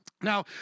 Now